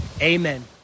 Amen